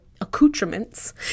accoutrements